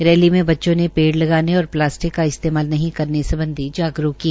rally में बच्चों ने पेड़ लगाने और प्लास्टिक का इस्तेमाल नहीं करने सम्बधी जागरूक किया